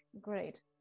Great